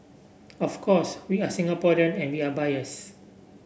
of course we are Singaporean and we are biased